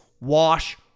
wash